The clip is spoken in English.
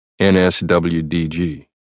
NSWDG